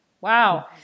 Wow